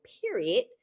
period